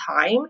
time